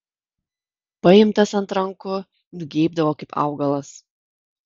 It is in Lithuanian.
paimtas ant rankų nugeibdavo kaip augalas